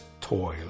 toil